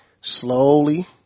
slowly